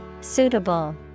Suitable